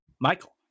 Michael